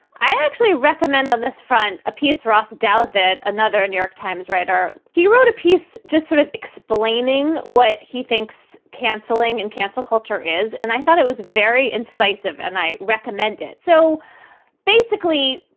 i actually recommend on this front a piece ross douthat, another new york times writer. he wrote a piece just sort of explaining what he thinks canceling and cancel culture is. and i thought it was very incisive and i recommend it. so basically,